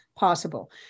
Possible